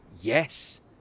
yes